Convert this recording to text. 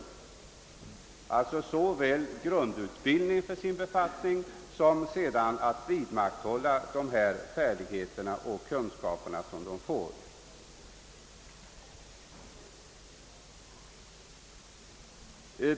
Det gäller alltså såväl grundutbildning för deras befattningar som vidmakthållande av deras färdigheter och kunskaper inom krigsorganisationen.